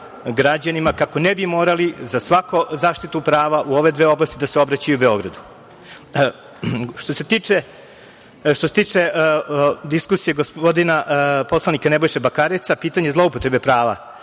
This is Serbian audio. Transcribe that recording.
građanima kako ne bi morali za svaku zaštitu prava u ove dve oblasti da se obraćaju Beogradu. Što se tiče diskusije gospodina poslanika Nebojše Bakareca, pitanje zloupotrebe prava